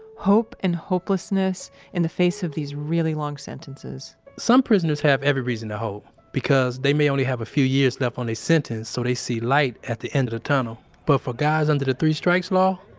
hope and hopelessness in the face of these really long sentences some prisoners have every reason to hope because they may only have a few years left on their sentence, so they see light at the end of the tunnel, but for guys under the three-strikes law,